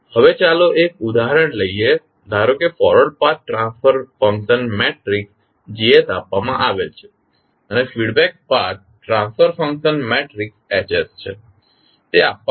હવે ચાલો એક ઉદાહરણ લઈએ ધારો કે forward path transfer function matrix Gs આપવામાં આવેલ છે અને feedback path transfer function matrix H છે તે આપવામાં આવેલ છે